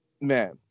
man